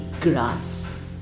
grass